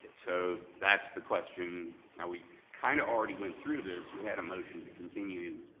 and so that's the question that we kinda already went through this. we had a motion to continue.